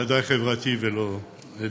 ודאי חברתי או עדתי.